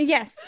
Yes